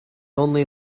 only